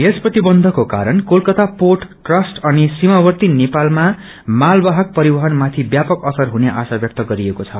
यस प्रतिकन्थको कारण Kolkata port trust अनिससीमावर्ती नेपालामा माल वाहक परिवहनमाथि व्यपक असर हुने आशा व्यक्त गरिएको छ